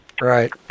Right